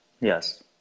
Yes